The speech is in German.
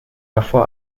davor